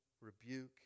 rebuke